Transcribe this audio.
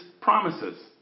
promises